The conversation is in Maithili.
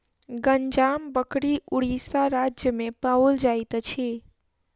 गंजाम बकरी उड़ीसा राज्य में पाओल जाइत अछि